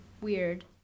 weird